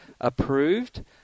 approved